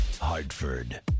Hartford